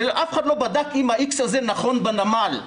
ואף אחד לא בדק אם האיקס הזה נכון בנמל.